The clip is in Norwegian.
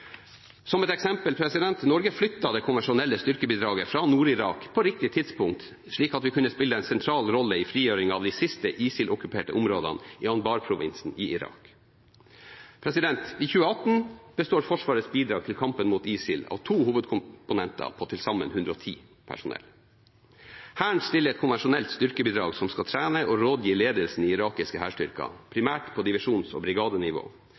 Som ett eksempel: Norge flyttet det konvensjonelle styrkebidraget fra Nord-Irak på riktig tidspunkt, slik at vi kunne spille en sentral rolle i frigjøringen av de siste ISIL-okkuperte områdene i Anbar-provinsen i Irak. I 2018 består Forsvarets bidrag til kampen mot ISIL av to hovedkomponenter på til sammen 110 personell. Hæren stiller et konvensjonelt styrkebidrag som skal trene og rådgi ledelsen i irakiske hærstyrker, primært på divisjons- og brigadenivå.